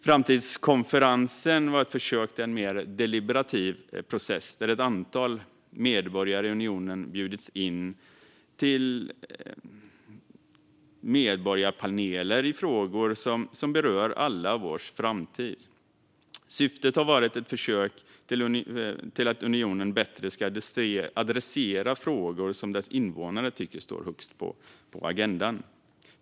Framtidskonferensen var ett försök till en mer deliberativ process där ett antal medborgare i unionen bjudits in till medborgarpaneler i frågor som berör allas vår framtid. Syftet har varit ett försök till att unionen bättre ska adressera frågor som dess invånare tycker står högst på agendan.